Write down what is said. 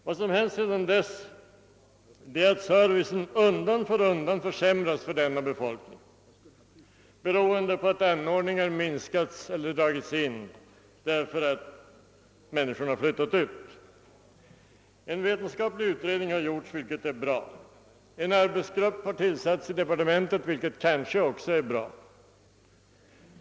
Sedan dess har emellertid denna service undan för undan försämrats, beroende på att serviceanordhingarna minskat i antal, bl.a. genom indragningar i samband med att människorna flyttat ut. En vetenskaplig utredning har gjorts om glesbygdsproblemet, vilket är bra. En arbetsgrupp har tillsatts i departementet, vilket kanske också är bra.